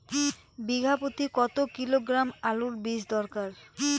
বিঘা প্রতি কত কিলোগ্রাম আলুর বীজ দরকার?